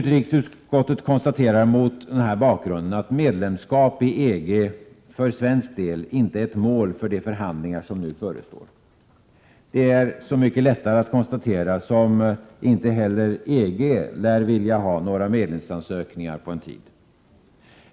Utrikesutskottet konstaterar mot denna bakgrund att medlemskap i EG för svensk del inte är ett mål för de förhandlingar som nu förestår. Det är så mycket lättare att konstatera som inte heller EG lär vilja ha några nya medlemsansökningar på en tid.